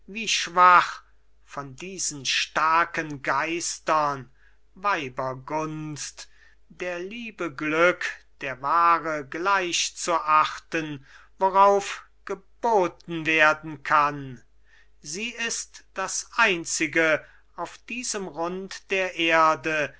wie schwach von diesen starken geistern weibergunst der liebe glück der ware gleich zu achten worauf geboten werden kann sie ist das einzige auf diesem rund der erde